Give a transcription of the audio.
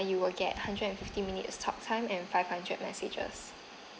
you will get hundred and fifty minutes talk time and five hundred messages